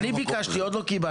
אני ביקשתי, עוד לא קיבלתי.